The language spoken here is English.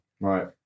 Right